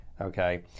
okay